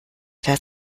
wärt